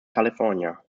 california